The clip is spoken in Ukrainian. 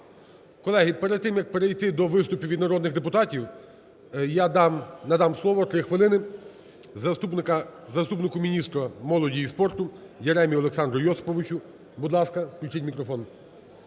Колеги, перед тим, як перейти до виступів від народних депутатів, я надам слово 3 хвилини, заступнику міністра молоді і спорту Яремі Олександру Йосиповичу. Будь ласка, включіть мікрофон.